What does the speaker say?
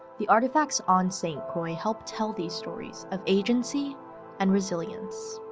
the artifacts on st. croix help tell these stories of agency and resilience.